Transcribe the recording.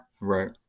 Right